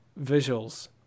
visuals